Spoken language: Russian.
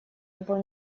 его